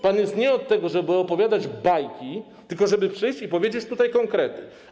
Pan jest nie od tego, żeby opowiadać bajki, tylko od tego, żeby przyjść i powiedzieć tutaj konkrety.